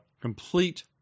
complete